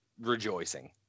rejoicing